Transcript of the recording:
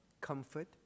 comfort